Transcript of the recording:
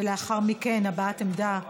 ולאחר מכן הבעת עמדה אחרת,